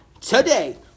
today